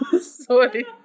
Sorry